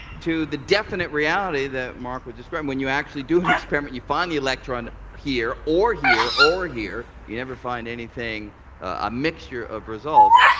to the definite reality that mark was describing when you actually do an experiment, you find the electron here or here or here. you never find anything a mixture of results.